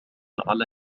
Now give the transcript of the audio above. على